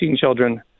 children